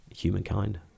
humankind